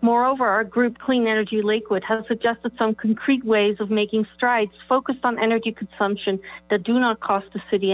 moreover our group clean energy lakewood has suggested some concrete ways of making strides focused on energy consumption that do not cost the city